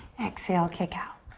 exhale, kick out.